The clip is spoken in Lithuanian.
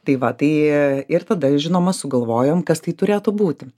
tai va tai ir tada žinoma sugalvojom kas tai turėtų būti